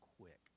quick